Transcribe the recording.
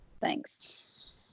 Thanks